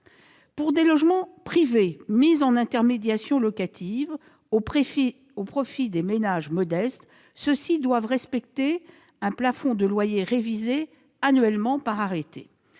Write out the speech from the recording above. Pour les logements privés mis en intermédiation locative au profit de ménages modestes, ceux-ci doivent respecter un plafond de loyer révisé annuellement par arrêté.